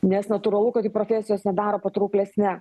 nes natūralu kad tai profesijos nedaro patrauklesne